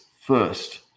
first